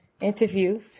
interview